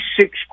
six